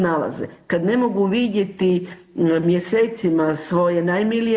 nalaze, kada ne mogu vidjeti mjesecima svoje najmilije.